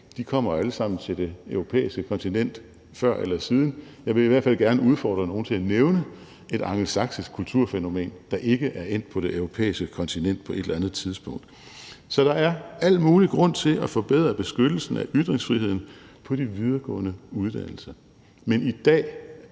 alle sammen kommer til det europæiske kontinent før eller siden. Jeg vil i hvert fald gerne udfordre nogen til at nævne et angelsaksisk kulturfænomen, der ikke er endt på det europæiske kontinent på et eller andet tidspunkt. Så der er al mulig grund til at forbedre beskyttelsen af ytringsfriheden på de videregående uddannelser. Men i dag